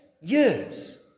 years